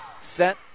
set